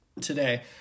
today